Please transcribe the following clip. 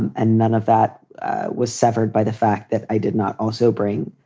and and none of that was severed by the fact that i did not also bring,